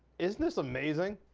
isn't this amazing?